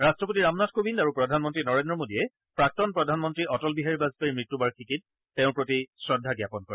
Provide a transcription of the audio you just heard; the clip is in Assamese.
ৰট্টপতি ৰামনাথ কোবিন্দ আৰু প্ৰধানমন্ত্ৰী নৰেন্দ্ৰ মোদীয়ে প্ৰাক্তন প্ৰধানমন্ত্ৰী অটল বিহাৰী বাজপেয়ীৰ মৃত্যুবাৰ্ষিকীত তেওঁৰ প্ৰতি শ্ৰদ্ধা জ্ঞাপন কৰে